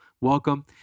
welcome